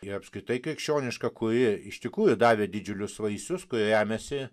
ir apskritai krikščioniška kuri iš tikrųjų davė didžiulius vaisius kurie remiasi